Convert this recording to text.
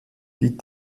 die